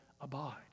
abide